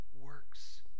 works